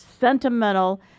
sentimental